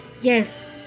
Yes